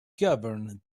governed